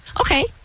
Okay